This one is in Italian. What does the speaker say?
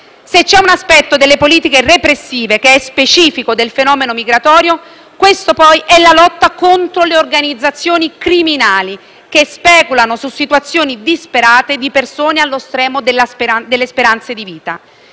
Se c'è un aspetto delle politiche repressive che è specifico del fenomeno migratorio, questo poi è la lotta contro le organizzazioni criminali che speculano su situazioni disperate di persone allo stremo delle speranze di vita.